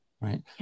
Right